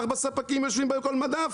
ארבע ספקים יושבים בכל מדף?